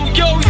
yo